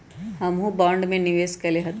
हमहुँ बॉन्ड में निवेश कयले हती